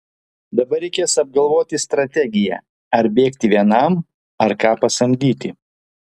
dabar reikės apgalvoti strategiją ar bėgti vienam ar ką pasamdyti